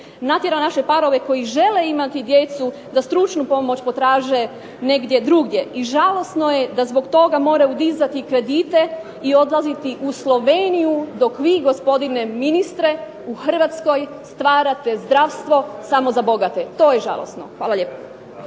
natjera naše parove koji žele imati djecu da stručnu pomoć potraže negdje drugdje. I žalosno je da zbog toga moraju dizati kredite i odlaziti u Sloveniju dok vi gospodine ministre u Hrvatskoj stvarate zdravstvo samo za bogate. To je žalosno. Hvala lijepa.